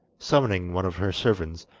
summoning one of her servants,